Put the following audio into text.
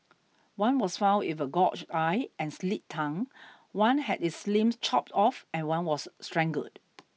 one was found with a gorged eye and slit tongue one had its limbs chopped off and one was strangled